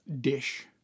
dish